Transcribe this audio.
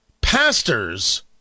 pastors